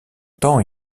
temps